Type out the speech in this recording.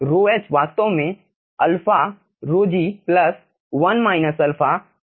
तो ρh वास्तव में अल्फा ρg प्लस 1 माइनस α गुणा ρf है